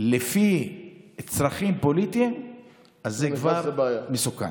לפי צרכים פוליטיים, אז זה כבר מסוכן.